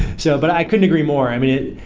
so but i couldn't agree more. i mean,